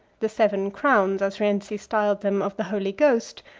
the seven crowns, as rienzi styled them, of the holy ghost,